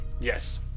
yes